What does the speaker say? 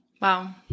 Wow